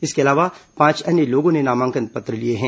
इसके अलावा पांच अन्य लोगों ने नामांकन पत्र लिए हैं